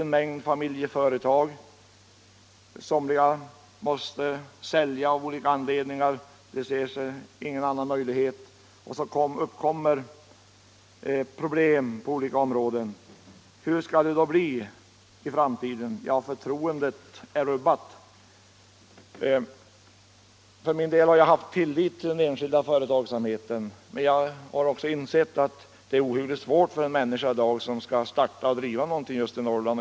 En mängd familjeföretag slås ut, och många måste av olika anledningar sälja sina företag — de ser ingen annan möjlighet. På det sättet uppkommer problem på olika områden. Hur skall det då bli i framtiden? Förtroendet är rubbat. Jag har haft tillit till den enskilda företagsamheten, men jag har insett att det i dag är ohyggligt svårt för en människa att starta och driva ett företag just i. Norrland.